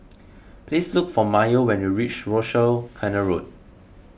please look for Mayo when you reach Rochor Canal Road